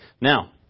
Now